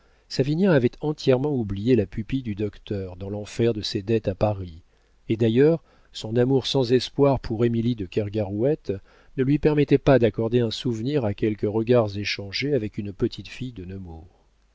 d'amour savinien avait entièrement oublié la pupille du docteur dans l'enfer de ses dettes à paris et d'ailleurs son amour sans espoir pour émilie de kergarouët ne lui permettait pas d'accorder un souvenir à quelques regards échangés avec une petite fille de